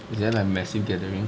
is there like a massive gathering